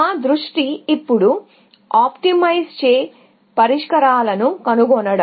మా దృష్టి ఇప్పుడు ఆప్టిమైజ్ ద్వారా పరిష్కారాలను కనుగొనడం